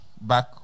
back